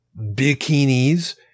bikinis –